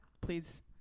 please